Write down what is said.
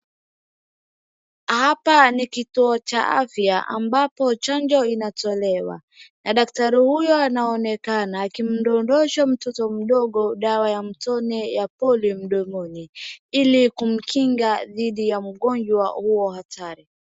Hapa ni kituo cha afya ambapo chanjo inatolewa na daktari huyo, anaonekana akimdodhosha mtoto mdogo dawa ya mtoni ya polio mdomoni ili kumkinga dhidi ya mgonjwa huo hatari.